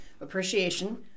appreciation